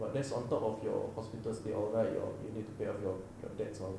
but that's on top of your hospital stay all right ya you need to pay off your debts all